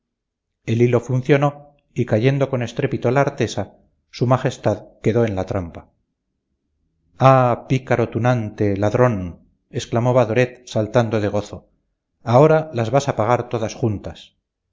el hilo funcionó y cayendo con estrépito la artesa su majestad quedó en la trampa ah pícaro tunante ladrón exclamó badoret saltando de gozo ahora las vas a pagar todas juntas